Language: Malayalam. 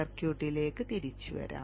സർക്യൂട്ടിംഗിലേക്ക് തിരിച്ചുവരാം